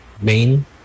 main